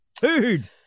Dude